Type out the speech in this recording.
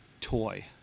toy